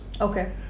okay